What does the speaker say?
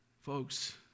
Folks